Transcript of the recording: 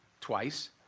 twice